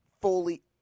fully